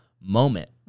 moment